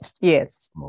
Yes